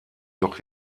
doch